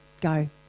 go